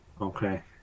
Okay